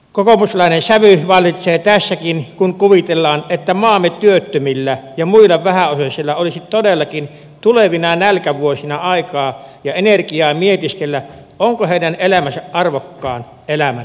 kokoomuslainen sävy vallitsee tässäkin kun kuvitellaan että maamme työttömillä ja muilla vähäosaisilla olisi todellakin tulevina nälkävuosina aikaa ja energiaa mietiskellä onko heidän elämänsä arvokkaan elämän kulttuuria